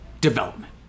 development